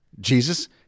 Jesus